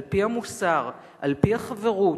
על-פי המוסר, על-פי החברות,